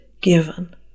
given